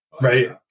right